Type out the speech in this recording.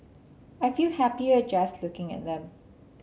I feel happier just looking at them